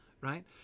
right